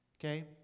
Okay